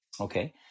Okay